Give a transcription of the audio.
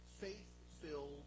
faith-filled